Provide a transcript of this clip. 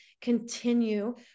Continue